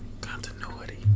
Continuity